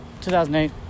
2008